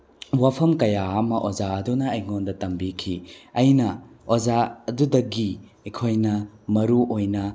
ꯋꯥꯐꯝ ꯀꯌꯥ ꯑꯃ ꯑꯣꯖꯥ ꯑꯗꯨꯅ ꯑꯩꯉꯣꯟꯗ ꯇꯝꯕꯤꯈꯤ ꯑꯩꯅ ꯑꯣꯖꯥ ꯑꯗꯨꯗꯒꯤ ꯑꯩꯈꯣꯏꯅ ꯃꯔꯨꯑꯣꯏꯅ